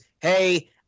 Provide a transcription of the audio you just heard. Hey